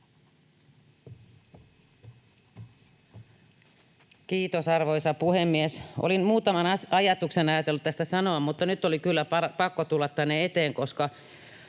Kiitos, arvoisa puhemies! Olin muutaman ajatuksen ajatellut tästä sanoa, mutta nyt oli kyllä pakko tulla tänne eteen, koska